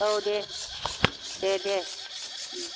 औ दे दे दे